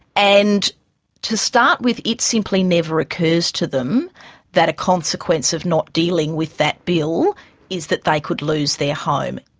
and to start with it simply never occurs to them that a consequence of not dealing with that bill is that they could lose their home.